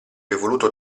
evoluto